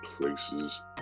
places